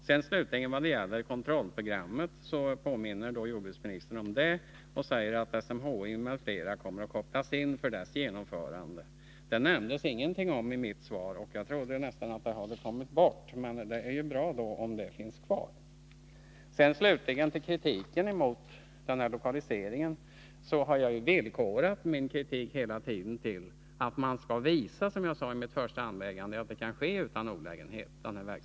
Jordbruksministern påminner om kontrollprogrammet och säger att SMHI m.fl. kommer att kopplas in för dess genomförande. Det nämndes ingenting om detta i svaret, och jag trodde nästan det hade kommit bort. Men det är bra att det finns kvar. Slutligen till kritiken mot lokaliseringen: Jag har hela tiden villkorat min kritik till att man skall visa, som jag sade i mitt första inlägg, att verksamheten kan bedrivas utan olägenheter.